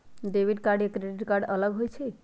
Debit card या credit card अलग होईछ ई?